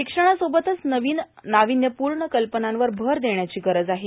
शिक्षणासोबतच नव्या नावन्यपूण कल्पनेला भर देण्याची गरज आहे